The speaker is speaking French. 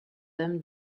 dame